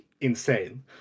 insane